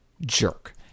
Jerk